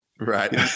right